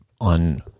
on